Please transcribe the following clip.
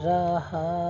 Raha